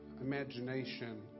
imagination